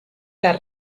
las